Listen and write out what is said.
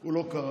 הוא לא קרא,